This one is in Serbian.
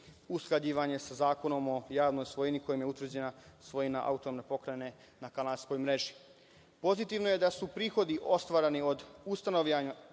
usklađivanje sa Zakonom o javnoj svojini kojim je utvrđena svojina Autonomne pokrajine na kanalskoj mreži. Pozitivno je da su prihodi ostvareni od ustanovljavanja